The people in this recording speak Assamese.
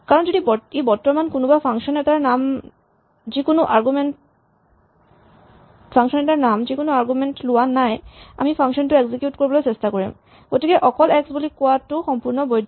কাৰণ যদি ই বৰ্তমান কোনোবা ফাংচন এটাৰ নাম যি কোনো আৰগুমেন্ট লোৱা নাই আমি ফাংচন টো এক্সিকিউট কৰিবলৈ চেষ্টা কৰিম গতিকে অকল এক্স বুলি কোৱাটো সম্পূৰ্ণ বৈধ্য